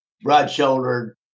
broad-shouldered